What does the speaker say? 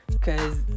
Cause